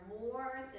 more